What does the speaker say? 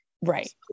right